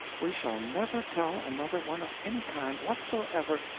we shall never tell another one of any kind whatsoever,